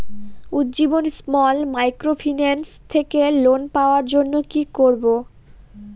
Ujjivan small microfinance থেকে loan পাওয়ার জন্য কি করব?